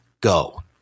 go